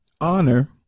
honor